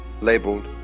labeled